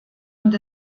und